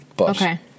Okay